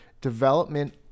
development